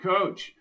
Coach